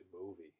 movie